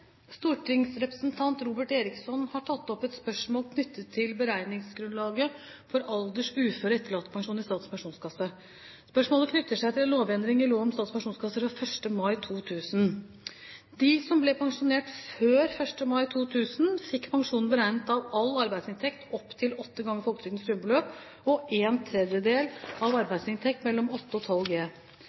beregningsgrunnlaget for alders-, uføre- og etterlattepensjon i Statens pensjonskasse. Spørsmålet knytter seg til en lovendring i lov om Statens pensjonskasse fra 1. mai 2000. De som ble pensjonert før 1. mai 2000, fikk pensjon beregnet av all arbeidsinntekt opp til 8 ganger folketrygdens grunnbeløp og ⅓ av arbeidsinntekt mellom 8 og